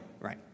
right